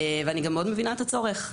ואני גם מאוד מבינה את הצורך,